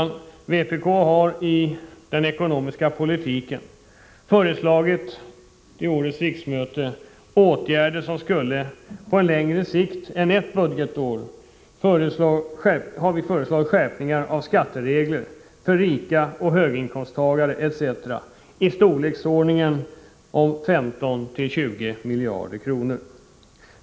Vänsterpartiet kommunisterna har när det gäller den ekonomiska politiken till årets riksmöte föreslagit åtgärder som på längre sikt än ett budgetår skulle innebära skärpningar av skatteregler för rika och höginkomsttagare etc. i storleksordningen 15-20 miljarder kronor.